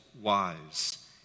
wise